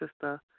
sister